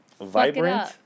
Vibrant